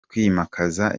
twimakaza